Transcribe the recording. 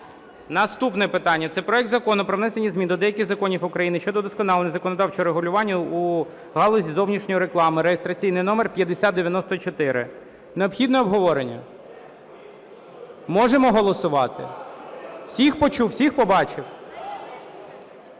Наступне питання – це проект Закону про внесення змін до деяких законів України щодо удосконалення законодавчого регулювання у галузі зовнішньої реклами (реєстраційний номер 5094). Необхідне обговорення? Можемо голосувати? Всіх почув, всіх побачив?